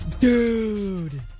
Dude